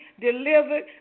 delivered